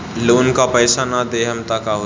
Loan का पैस न देहम त का होई?